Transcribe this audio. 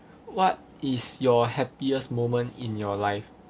what is your happiest moment in your life